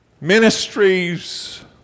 Ministries